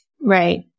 Right